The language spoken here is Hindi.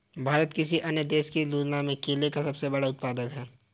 भारत किसी भी अन्य देश की तुलना में केले का सबसे बड़ा उत्पादक है